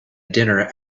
dinner